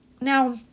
Now